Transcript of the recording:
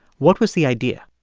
what was the idea?